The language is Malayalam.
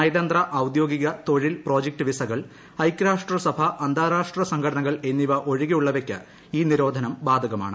നയതന്ത്ര ഔദ്യോഗിക തൊഴിൽ പ്രോജക്ട് വീസകൾ ഐക്യരാഷ്ട്രസഭ അന്താരാഷ്ട്ര സംഘടനകൾ എന്നിവ ഒഴികെയുളളവയ്ക്ക് ഈ നിരോധനം ബാധകമാണ്